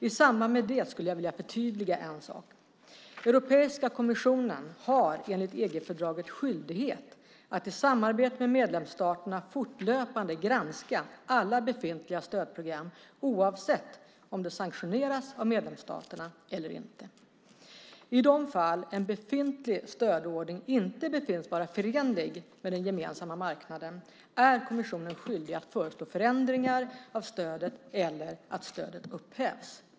I samband med det skulle jag vilja förtydliga en sak. Europeiska kommissionen har enligt EG-fördraget skyldighet att i samarbete med medlemsstaterna fortlöpande granska alla befintliga stödprogram, oavsett om de sanktioneras av medlemsstaterna eller inte. I de fall en befintlig stödordning inte befinns vara förenlig med den gemensamma marknaden är kommissionen skyldig att föreslå förändringar av stödet eller att stödet upphävs.